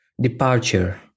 departure